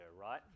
right